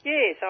Yes